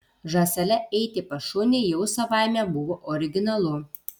žąsele eiti pas šunį jau savaime buvo originalu